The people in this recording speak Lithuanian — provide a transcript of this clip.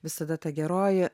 visada ta geroji